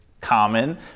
common